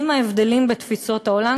עם ההבדלים בתפיסות העולם,